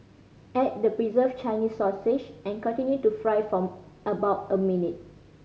add the preserved Chinese sausage and continue to fry for about a minute